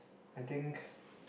I think